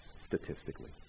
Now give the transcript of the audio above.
statistically